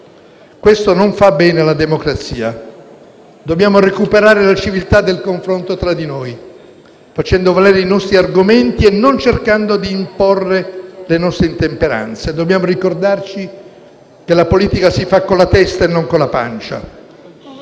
Questo non fa bene alla democrazia. Dobbiamo recuperare la civiltà del confronto tra di noi, facendo valere i nostri argomenti e non cercando di imporre le nostre intemperanze, dobbiamo ricordarci che la politica si fa con la testa e non con la pancia.